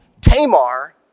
Tamar